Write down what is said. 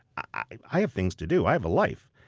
i i have things to do. i have a life.